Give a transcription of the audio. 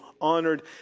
honored